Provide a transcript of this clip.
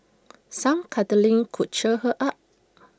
some cuddling could cheer her up